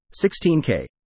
16K